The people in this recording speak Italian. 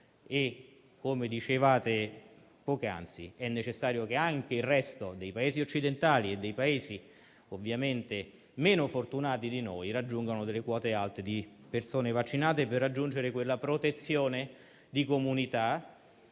- come dicevate poc'anzi - è necessario che anche il resto dei Paesi occidentali e di quelli meno fortunati di noi raggiunga quote alte di persone vaccinate, per raggiungere quella protezione di comunità